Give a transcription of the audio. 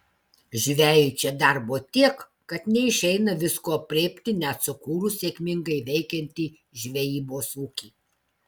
žvejui čia darbo tiek kad neišeina visko aprėpti net sukūrus sėkmingai veikiantį žvejybos ūkį